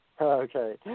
Okay